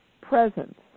presence